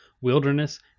wilderness